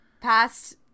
past